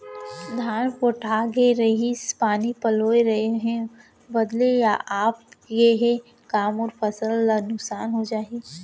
धान पोठागे रहीस, पानी पलोय रहेंव, बदली आप गे हे, का मोर फसल ल नुकसान हो जाही?